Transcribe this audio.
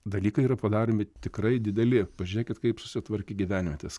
dalykai yra padaromi tikrai dideli pažiūrėkit kaip susitvarkė gyvenvietės